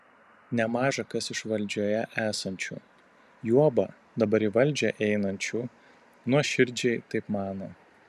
nemaža kas iš valdžioje esančių juoba dabar į valdžią einančių nuoširdžiai taip mano